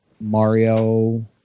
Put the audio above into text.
Mario